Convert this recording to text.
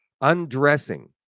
undressing